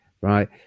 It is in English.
right